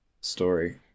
story